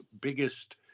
biggest